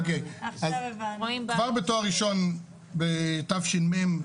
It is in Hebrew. כבר בתואר ראשון בתש"ם,